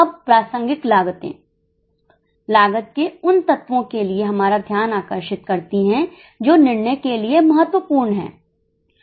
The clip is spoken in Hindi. अब प्रासंगिक लागतें लागत के उन तत्वों के लिए हमारा ध्यान आकर्षित करती हैं जो निर्णय के लिए महत्वपूर्ण हैं